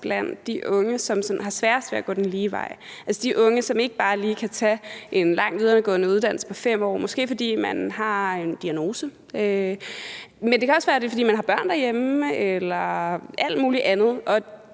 blandt de unge, som har sværest ved at gå den lige vej, altså de unge, som ikke bare lige kan tage en lang videregående uddannelse på 5 år. Det er måske, fordi man har en diagnose, men det kan også være, fordi man har børn derhjemme, eller det kan